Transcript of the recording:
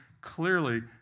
clearly